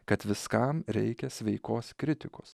kad viskam reikia sveikos kritikos